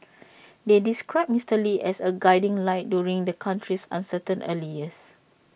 they described Mister lee as A guiding light during the country's uncertain early years